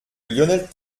lionel